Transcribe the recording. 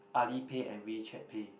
Ali pay and WeChat pay